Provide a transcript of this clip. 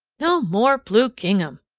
no more blue gingham!